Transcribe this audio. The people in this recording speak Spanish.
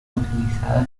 utilizadas